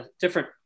different